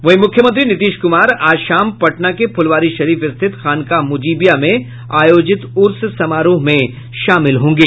वहीं मुख्यमंत्री नीतीश कुमार आज शाम पटना के फुलवारी शरीफ स्थित खानकाह मुजिबिया में आयोजित उर्स समारोह में शामिल होंगे